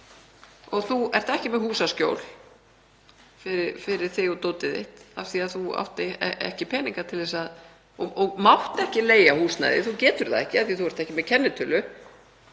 og þú ert ekki með húsaskjól fyrir þig og dótið þitt af því að þú átt ekki peninga og mátt ekki leigja húsnæði. Þú getur það ekki af því að þú ert ekki með kennitölu